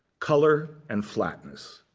color and flatness.